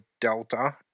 Delta